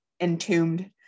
entombed